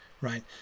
right